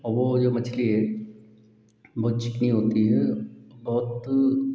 और वह जो मछली है बहुत चिकनी होती है बहुत